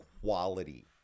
quality